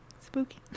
spooky